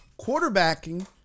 Quarterbacking